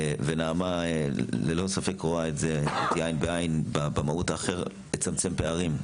ונעמה ללא ספק רואה את זה איתי עין בעין במהות לצמצם פערים.